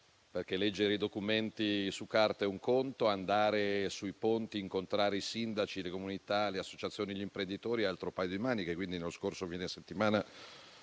perché leggere i documenti su carta è un conto, andare sui ponti e incontrare i sindaci, le comunità e le associazioni gli imprenditori è un altro paio di maniche. Nello scorso fine settimana